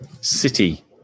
city